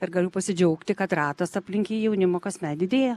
ir galiu pasidžiaugti kad ratas aplink jį jaunimo kasmet didėja